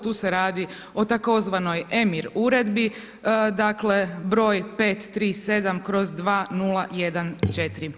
Tu se radi o tzv. EMIR uredbi, dakle broj 537/2014.